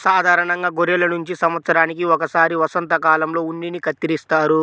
సాధారణంగా గొర్రెల నుంచి సంవత్సరానికి ఒకసారి వసంతకాలంలో ఉన్నిని కత్తిరిస్తారు